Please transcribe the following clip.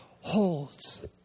holds